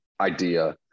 idea